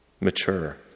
mature